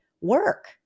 work